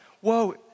whoa